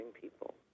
people